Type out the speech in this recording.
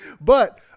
But-